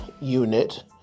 unit